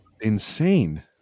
insane